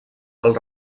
pel